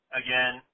again